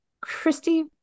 christy